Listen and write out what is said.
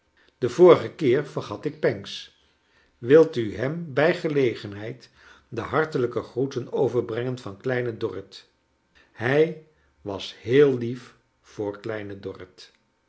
den vorigen keer vergat ik pancks wilt u hem bij gelegenheid de hartelijke groeten over brengen van kleine dorrit hij was heel lief voor k